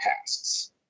tasks